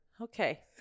Okay